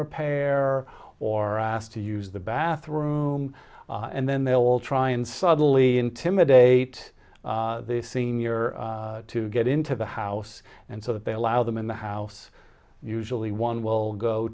repair or asked to use the bathroom and then they'll try and subtly intimidate the senior to get into the house and so that they allow them in the house usually one will go